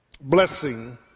blessing